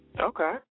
okay